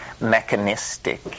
mechanistic